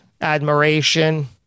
admiration